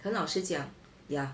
很老实讲 ya